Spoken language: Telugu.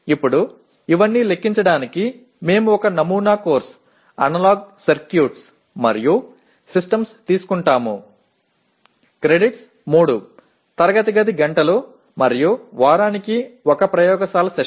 ఇప్పుడు ఇవన్నీ లెక్కించడానికి మేము ఒక నమూనా కోర్సు అనలాగ్ సర్క్యూట్లు మరియు సిస్టమ్స్ తీసుకుంటాము క్రెడిట్స్ 3 తరగతి గది గంటలు మరియు వారానికి 1 ప్రయోగశాల సెషన్